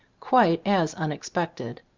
quite as unexpected.